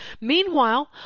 Meanwhile